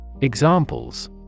Examples